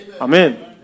Amen